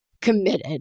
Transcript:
Committed